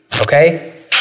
okay